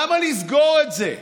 למה לסגור את זה?